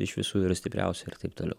iš visų stipriausia ir taip toliau